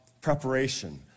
preparation